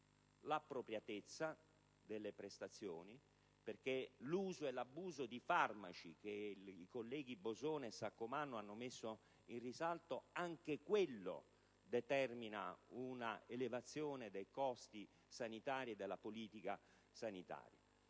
l'appropriatezza delle prestazioni (perché l'uso e l'abuso di farmaci, che i colleghi Bosone e Saccomanno hanno messo in risalto, determinano anch'essi un'elevazione dei costi della politica sanitaria)